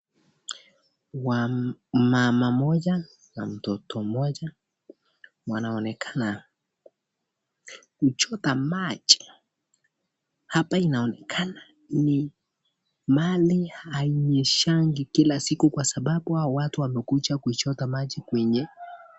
Mama moja na mtoto moja, wanaonekana kuchota maji hapa inaonekana ni mahali hanyeshangi kila siku, kwa sababu, hawa watu wamekuja kuchota maji kwenye.